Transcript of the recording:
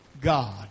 God